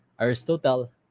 Aristotle